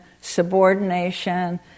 subordination